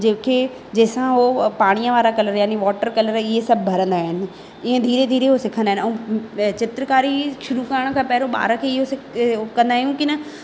जेखे जंहिं सां हो पाणीअ वारा कलर यानि वॉटर कलर इहे सभु भरींदा आहिनि इअं धीरे धीरे हो सिखंदा आहिनि ऐं चित्रकारी शुरू करण खां पहिरियों ॿार खे इहो सि हो कंदा आहियूं की न